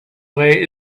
way